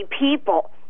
people